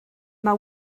mae